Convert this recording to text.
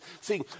See